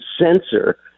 censor